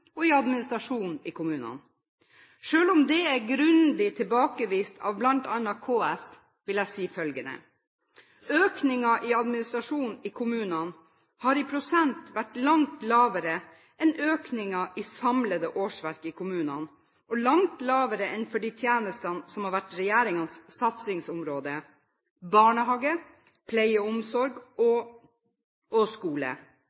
og i administrasjon i kommunene. Selv om det er grundig tilbakevist av bl.a. KS, vil jeg si følgende: Økningen i administrasjon i kommunene har i prosent vært langt lavere enn økningen i samlede årsverk i kommunene og langt lavere enn for de tjenestene som har vært regjeringens satsingsområde: barnehage, pleie og omsorg og skole.